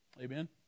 Amen